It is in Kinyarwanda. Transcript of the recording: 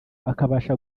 akabasha